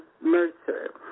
Mercer